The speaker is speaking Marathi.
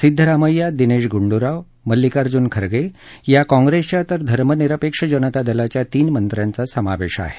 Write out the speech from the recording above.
सिद्धरामय्या दिनेश गुंडूराव मलिक्कार्जुन खरगे या काँग्रेसच्या तर धर्मनिरपेक्ष जनतादलाच्या तीन मंत्र्यांचा समावेश आहे